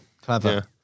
Clever